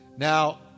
Now